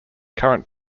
current